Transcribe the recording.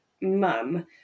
mum